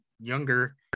younger